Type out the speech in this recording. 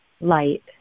light